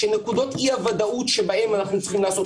שנקודות אי הוודאות שבהן אנחנו צריכים לעשות